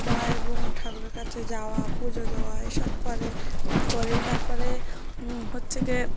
বা এবং ঠাকুরের কাছে যাওয়া পুজো দেওয়া এসব করে করে তার পরে হচ্ছে কি